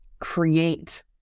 create